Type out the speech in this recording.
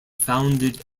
founded